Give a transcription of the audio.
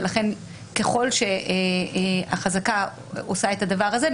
ולכן ככל שהחזקה עושה את הדבר הזה,